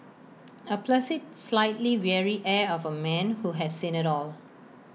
A placid slightly weary air of A man who has seen IT all